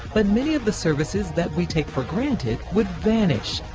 but many of the services that we take for granted would vanish.